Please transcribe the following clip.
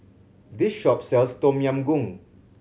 this shop sells Tom Yam Goong